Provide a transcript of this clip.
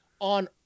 on